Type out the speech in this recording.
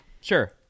Sure